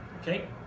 Okay